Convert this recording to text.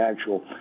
actual